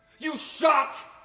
you shot.